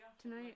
tonight